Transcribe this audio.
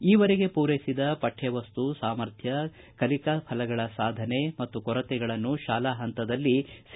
ಈವರೆಗೆ ಪೂರೈಸಿದ ಪಠ್ಯವಸ್ತು ಸಾಮರ್ಥ್ಯ ಕಲಿಕಾ ಫಲಗಳ ಸಾಧನೆ ಮತ್ತು ಕೊರತೆಗಳನ್ನು ಶಾಲಾ ಹಂತದಲ್ಲಿ ಸಿ